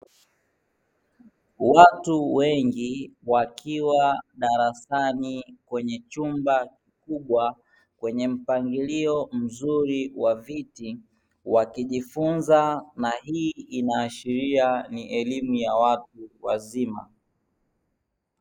Watu wengi wakiwa darasani kwenye chumba kikubwa kwenye mpangilio mzuri wa viti, wakijifunza na hii inaashiria ni elimu ya watu wazima.